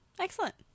Excellent